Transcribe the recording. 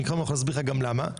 ואני אסביר לך גם למה.